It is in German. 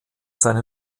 seine